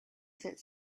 that